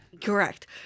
Correct